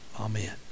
amen